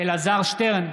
אלעזר שטרן,